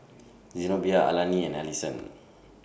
Zenobia Alani and Allison